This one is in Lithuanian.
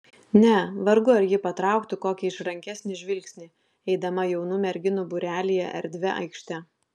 ne vargu ar ji patrauktų kokį išrankesnį žvilgsnį eidama jaunų merginų būrelyje erdvia aikšte